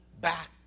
back